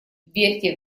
верьте